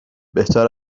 بهتر